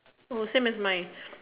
oh same as mine